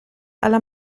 alla